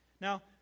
Now